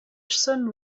son